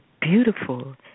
beautiful